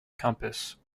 compass